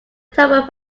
top